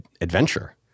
adventure